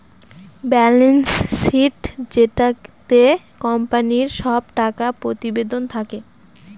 balance sheet যেটাতে কোম্পানির সব টাকা প্রতিবেদন থাকে